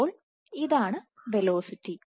അപ്പോൾ ഇതാണ് വെലോസിറ്റി